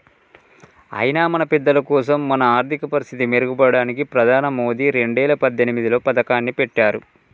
అయినా మన పెద్దలకోసం మన ఆర్థిక పరిస్థితి మెరుగుపడడానికి ప్రధాని మోదీ రెండేల పద్దెనిమిదిలో పథకాన్ని పెట్టారు